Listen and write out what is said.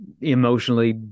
emotionally